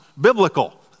biblical